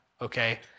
okay